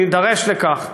אם נידרש לכך,